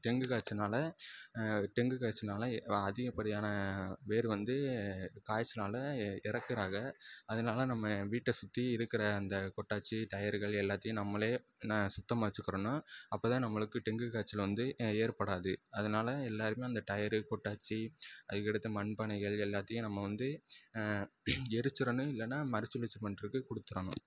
dengue காய்ச்சல்னால் dengue காய்ச்சல்னால் அதிகப்படியான பேர் வந்து காய்ச்சலால் இறக்குறாங்க அதனால நம்ம வீட்டை சுற்றி இருக்கிற அந்த கொட்டாச்சி டயருகள் எல்லாத்தையும் நம்மளே என்ன சுத்தமாக வச்சிக்குடனு அப்போதான் நம்மளுக்கு டெங்கு காய்ச்சல் வந்து ஏற்படாது அதனால எல்லோருக்குமே அந்த டயரு கொட்டாச்சி அதுக்கடுத்து மண்பானைகள் எல்லாத்தையும் நம்ம வந்து எரிச்சிடணும் இல்லைன்னா மறுசுழற்சி பண்றதுக்கு கொடுத்துறணும்